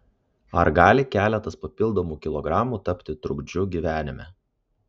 ar gali keletas papildomų kilogramų tapti trukdžiu gyvenime